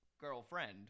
girlfriend